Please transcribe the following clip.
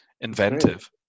inventive